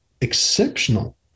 exceptional